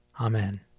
Amen